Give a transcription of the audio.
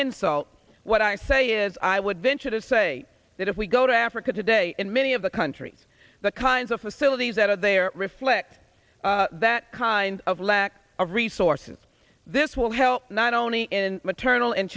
insult what i say is i would venture to say that if we go to africa today in many of the countries the kinds of facilities that are there reflect that kind of lack of resources this will help not only in maternal and